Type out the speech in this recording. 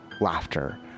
laughter